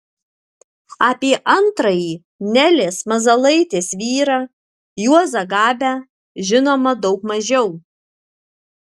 apie antrąjį nelės mazalaitės vyrą juozą gabę žinoma daug mažiau